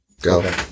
Go